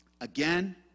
Again